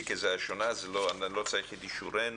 תיק עזרה ראשונה, זה לא צריך את אישורנו.